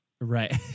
Right